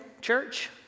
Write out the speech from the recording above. church